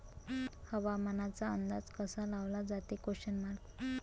हवामानाचा अंदाज कसा लावला जाते?